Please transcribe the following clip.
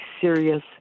serious